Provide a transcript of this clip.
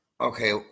Okay